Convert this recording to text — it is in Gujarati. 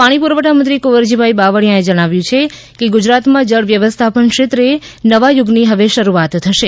પાણી પુરવઠા મંત્રી કુંવરજીભાઈ બાવળીયાએ જણાવ્યું છે કે ગુજરાતમાં જળ વ્યવસ્થાપન ક્ષેત્રે નવા યુગની હવે શરૂઆત થશે